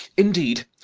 indeed,